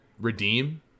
redeem